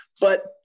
But-